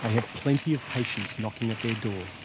have plenty of patients knocking at their door